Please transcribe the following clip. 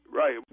right